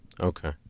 Okay